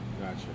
Gotcha